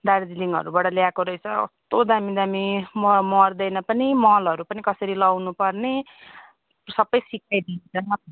दार्जिलिङहरूबाट ल्याएको रहेछ कस्तो दामी दामी म मर्दैन पनि मलहरू पनि कसरी लाउनुपर्ने सबै सिकाइदिन्छ